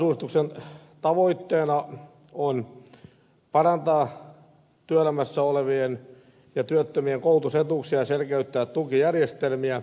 tämän kokonaisuudistuksen tavoitteena on parantaa työelämässä olevien ja työttömien koulutusetuuksia ja selkeyttää tukijärjestelmiä